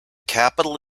capital